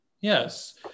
Yes